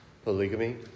Polygamy